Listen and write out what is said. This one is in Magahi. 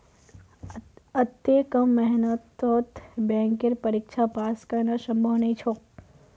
अत्ते कम मेहनतत बैंकेर परीक्षा पास करना संभव नई छोक